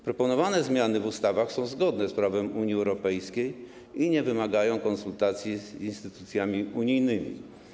Proponowane zmiany w ustawach są zgodne z prawem Unii Europejskiej i nie wymagają konsultacji z instytucjami unijnymi.